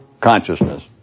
consciousness